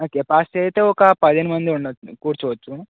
capacity అయితే ఒక పదహేను ఉండవచ్చు కూర్చోవచ్చు